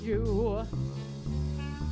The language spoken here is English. you know